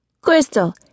crystal